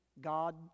God